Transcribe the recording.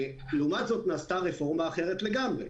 לעומת זאת נעשתה רפורמה אחרת לגמרי.